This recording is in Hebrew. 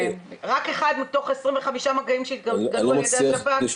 רק 1 מתוך 25 מגעים שהתגלו על ידי השב"כ,